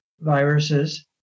viruses